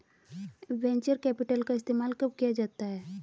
Venture capital का इस्तेमाल कब किया जाता है?